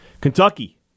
Kentucky